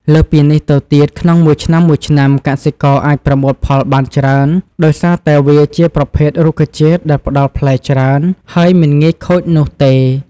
លើសពីនេះទៅទៀត ក្នុងមួយឆ្នាំៗកសិករអាចប្រមូលផលបានច្រើន ដោយសារតែវាជាប្រភេទរុក្ខជាតិដែលផ្ដល់ផ្លែច្រើន ហើយមិនងាយខូចនោះទេ។